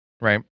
right